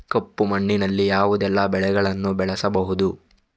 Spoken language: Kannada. ಕಪ್ಪು ಮಣ್ಣಿನಲ್ಲಿ ಯಾವುದೆಲ್ಲ ಬೆಳೆಗಳನ್ನು ಬೆಳೆಸಬಹುದು?